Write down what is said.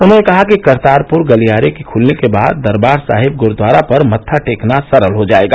उन्होंने कहा कि करतारपुर गलियारे के खुलने के बाद दरवार साहिब गुरूद्वारा पर मत्था टेकना सरल हो जायेगा